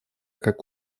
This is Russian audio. как